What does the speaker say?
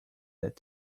that